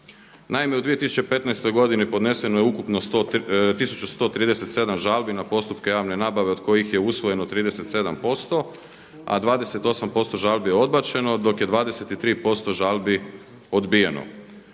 Naime, u 2015.godini podneseno je ukupno tisuću 137 žalbi na postupke javne nabave od kojih je usvojeno 37%, a 28% žalbi je odbačeno dok je 23% žalbi odbijeno,